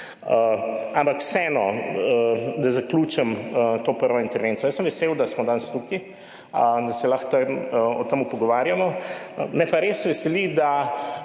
Ampak vseeno, da zaključim to prvo intervencijo, jaz sem vesel, da smo danes tukaj, da se lahko tam o tem pogovarjamo, me pa res veseli, da